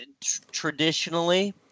traditionally